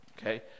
okay